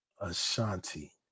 Ashanti